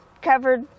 covered